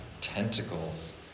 tentacles